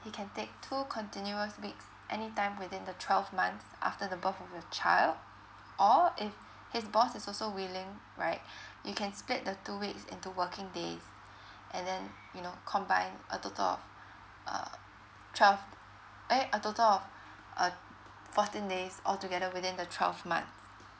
he can take two continuous weeks anytime within the twelve months after the birth of your child or if his boss is also willing right you can split the two weeks into working days and then you know combined a total of uh twelve eh a total of uh fourteen days all together within the twelve months